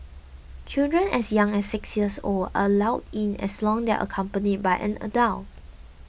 children as young as six years old are allowed in as long as they are accompanied by an adult